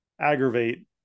aggravate